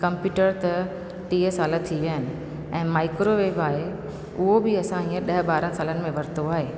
computer त टीह साल थी ऐं माइक्रोवेव आहे उहो बि असां हीअं ॾह ॿारहं सालनि में वरितो आहे